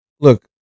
look